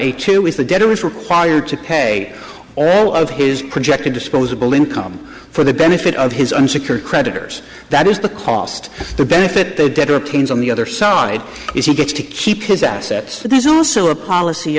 eight two with the debtor was required to pay all of his projected disposable income for the benefit of his unsecured creditors that was the cost to benefit the debtor kings on the other side if he gets to keep his assets there's also a policy